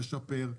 לשפר,